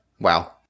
wow